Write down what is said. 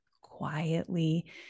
quietly